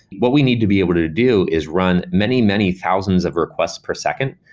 what we need to be able to do is run many, many thousands of requests per second,